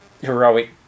heroic